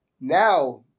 now